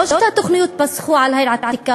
זה לא שהתוכניות פסחו על העיר העתיקה,